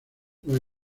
los